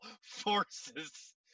forces